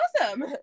awesome